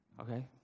Okay